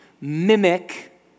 mimic